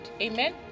amen